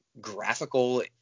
graphical